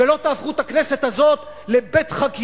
ולא תהפכו את הכנסת הזאת לבית-חקירות.